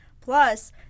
Plus